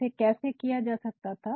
इसे कैसे किया जा सकता था